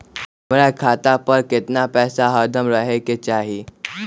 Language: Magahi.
हमरा खाता पर केतना पैसा हरदम रहे के चाहि?